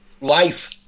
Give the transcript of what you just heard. life